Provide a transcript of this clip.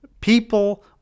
people